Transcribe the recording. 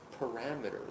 parameters